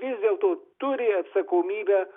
vis dėlto turi atsakomybę